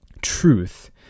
Truth